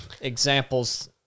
examples